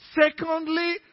Secondly